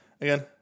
again